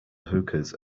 hookahs